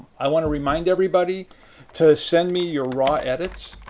i want to remind everybody to send me your raw edits.